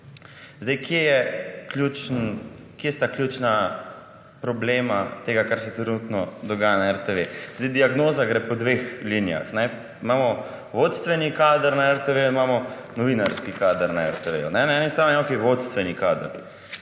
bombo. Kje sta ključna problema tega, kar se trenutno dogaja na RTV? Diagnoza gre po dveh linijah. Imamo vodstveni kader na RTV, imamo novinarski kader na RTV. Na eni strani imamo vodstveni kader.